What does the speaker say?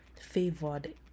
favored